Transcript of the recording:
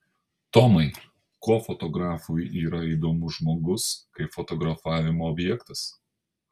tomai kuo fotografui yra įdomus žmogus kaip fotografavimo objektas